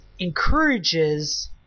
encourages